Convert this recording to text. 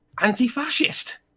anti-fascist